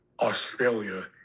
australia